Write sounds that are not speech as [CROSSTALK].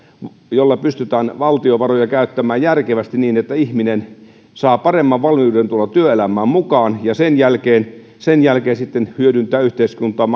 pystytään valtion varoja käyttämään järkevästi niin että ihminen saa paremman valmiuden tulla työelämään mukaan ja sen jälkeen sen jälkeen sitten hyödyttää yhteiskuntaa [UNINTELLIGIBLE]